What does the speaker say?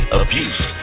abuse